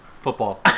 Football